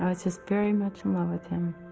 ah just very much in love with him